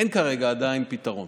עדיין אין כרגע פתרון.